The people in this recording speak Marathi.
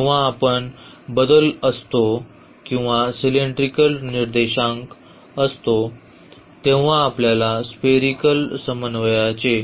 जेव्हा आपण बदलत असतो किंवा सिलेंड्रिकल निर्देशांक असतो तेव्हा आपल्याला स्पेरीकल समन्वयाचे